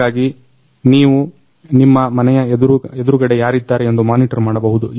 ಹಾಗಾಗಿ ನೀವು ನಿಮ್ಮ ಮನೆಯ ಎದುರುಗಡೆ ಯಾರೀದ್ದಾರೆ ಎಂದು ಮಾನಿಟರ್ ಮಾಡಬಹುದು